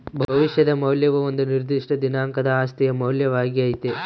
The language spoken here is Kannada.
ಭವಿಷ್ಯದ ಮೌಲ್ಯವು ಒಂದು ನಿರ್ದಿಷ್ಟ ದಿನಾಂಕದ ಆಸ್ತಿಯ ಮೌಲ್ಯವಾಗ್ಯತೆ